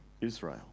Israel